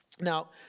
Now